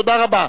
תודה רבה.